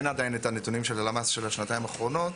אין עדיין את הנתונים של הלמ״ס של השנתיים האחרונות,